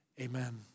Amen